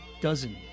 dozen